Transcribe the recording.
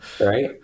right